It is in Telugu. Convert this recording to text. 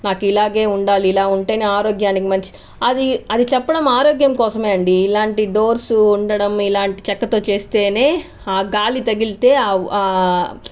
నాకు ఇలాగే ఉండాలి ఇలా ఉంటేనే ఆరోగ్యానికి మంచిది అది అది చెప్పడం ఆరోగ్యం కోసమే అండి ఇలాంటి డోర్స్ ఉండడం ఇలాంటి చెక్కతో చేస్తేనే ఆ గాలి తగిలితే